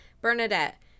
Bernadette